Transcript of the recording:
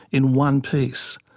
in one piece.